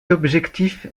objectif